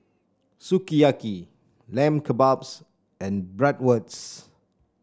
Sukiyaki Lamb Kebabs and Bratwurst